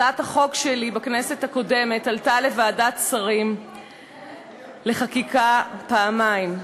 הצעת החוק שלי בכנסת הקודמת עלתה לוועדת שרים לחקיקה פעמיים.